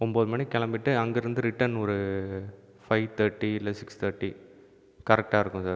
ஒன்போது மணிக்கு கிளம்பிட்டு அங்கேயிருந்து ரிட்டன் ஒரு ஃபைவ் தர்டி இல்லை சிக்ஸ் தட்டி கரெக்ட்டாக இருக்கும் சார்